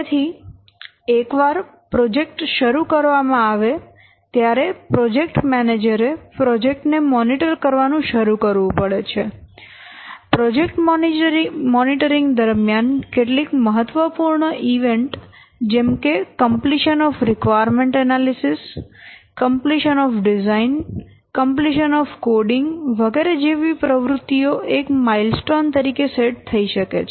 તેથી એક વાર પ્રોજેક્ટ શરુ કરવામાં આવે ત્યારે પ્રોજેક્ટ મેનેજરે પ્રોજેક્ટ ને મોનિટર કરવાનું શરૂ કરવું પડે છે પ્રોજેક્ટ મોનિટરીંગ દરમિયાન કેટલીક મહત્વપૂર્ણ ઈવેન્ટ જેમ કે completion of requirement analysis completion of design completion of coding વગેરે જેવી પ્રવૃત્તિઓ એક માઈલસ્ટોન તરીકે સેટ થઈ શકે છે